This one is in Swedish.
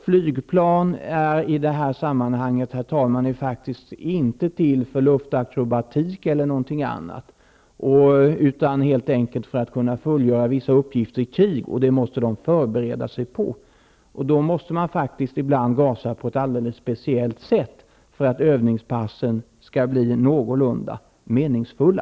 Flygplan är i det här sammanhanget, herr talman, faktiskt inte till för luftakrobatik eller liknande utan helt enkelt för att fullgöra vissa uppgifter i krig, och dem måste de förbereda sig för. Då måste man faktiskt ibland gasa på ett alldeles speciellt sätt för att övningspassen skall bli någorlunda meningsfulla.